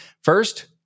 first